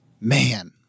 man